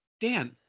Dan